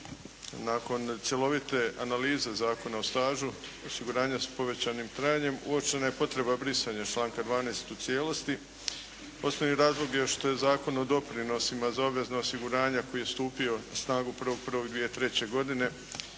Nakon cjelovite analize Zakona o stažu osiguranja s povećanim trajanjem uočena je potreba brisanja članka 12. u cijelosti. Osnovni razlog je što je Zakon o doprinosima za obvezna osiguranja koji je stupio na snagu 1.1.2003. godine